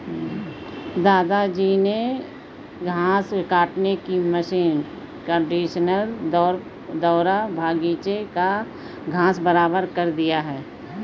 दादाजी ने घास काटने की मशीन कंडीशनर द्वारा बगीची का घास बराबर कर दिया